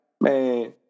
man